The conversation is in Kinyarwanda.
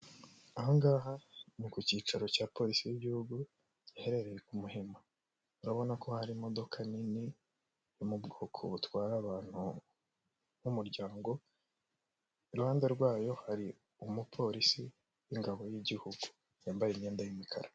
Aha ngaha ni ku cyicaro cya polisi y'igihugu giherereye ku Muhima, urabona ko hari imodoka nini yo mu bwoko butwara abantu n'umuryango, iruhande rwayo hari umupolisi w'ingabo y'igihugu yambaye imyenda y'umukara.